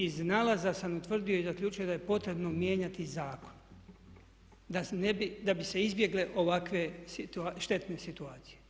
Iz nalaza sam utvrdio i zaključio da je potrebno mijenjati zakon da bi se izbjegle ovakve štetne situacije.